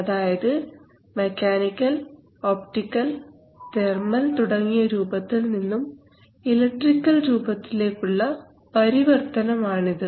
അതായത് mechanical optical thermal തുടങ്ങിയ രൂപത്തിൽ നിന്നും ഇലക്ട്രിക്കൽ രൂപത്തിലേക്കുള്ള പരിവർത്തനം ആണിത്